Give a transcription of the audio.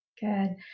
Good